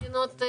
יש לך